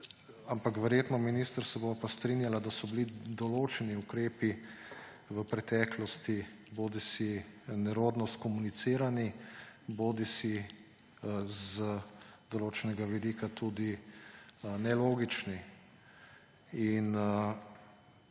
ampak verjetno, minister, se bova pa strinjala, da so bili določeni ukrepi v preteklosti bodisi nerodno skomunicirani bodisi z določenega vidika tudi nelogični.